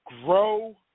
grow